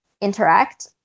interact